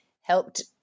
helped